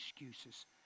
excuses